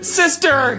sister